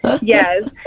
Yes